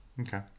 Okay